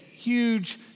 huge